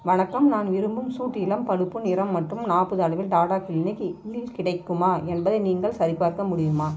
வணக்கம் நான் விரும்பும் சூட் இளம் பழுப்பு நிறம் மற்றும் நாற்பது அளவில் டாடா கிளினிக் இல் கிடைக்குமா என்பதை நீங்கள் சரிபார்க்க முடியுமா